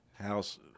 house